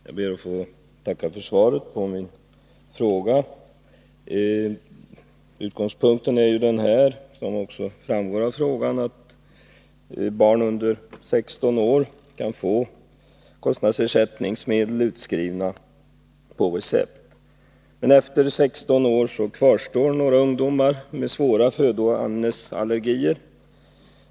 Herr talman! Jag ber att få tacka för svaret på min fråga. Utgångspunkten för frågan är att barn under 16 år kan få kostersättningsmedel utskrivna på recept, medan detta inte är möjligt för de ungdomar över 16 år som har svåra födoämnesallergier.